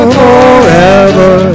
forever